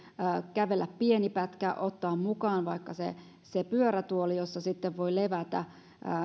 kävellä pieni pätkä ottaa mukaan vaikka se se pyörätuoli jossa sitten voi levätä